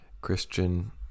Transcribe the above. Christian